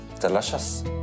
delicious